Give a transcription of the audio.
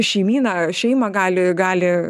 šeimyna šeima gali gali